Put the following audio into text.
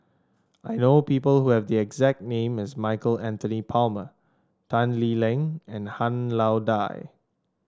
I know people who have the exact name as Michael Anthony Palmer Tan Lee Leng and Han Lao Da